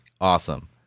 Awesome